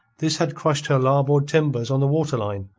this had crushed her larboard timbers on the waterline,